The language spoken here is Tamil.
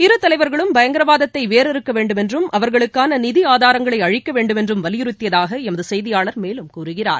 இரு தலைவர்களும் பயங்கரவாதத்தை வேரறுக்க வேண்டுமென்றும் அவர்களுக்கான நிதி ஆதாரங்களை அழிக்க வேண்டுமென்றும் வலியுறுத்தியதாக எமது செய்தியாளர் மேலும் கூறுகிறார்